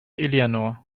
eleanor